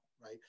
right